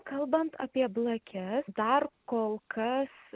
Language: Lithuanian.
kalbant apie blakes dar kol kas